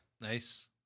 Nice